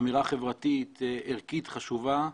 זאת אמירה חברתית ערכית חשובה.